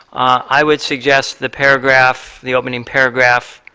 i would suggest the paragraph, the opening paragraph